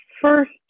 first